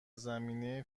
زمینه